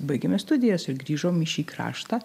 baigėme studijas ir grįžom į šį kraštą